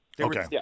Okay